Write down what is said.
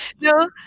No